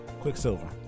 Quicksilver